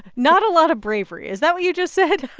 not a lot of bravery is that what you just said?